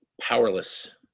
powerless